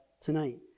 tonight